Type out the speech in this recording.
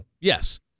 Yes